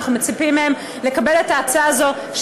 אנחנו מצפים מהם לקבל את ההצעה הזאת,